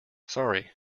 sorry